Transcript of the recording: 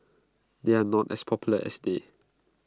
they are not as popular as they